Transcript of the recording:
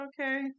okay